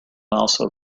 also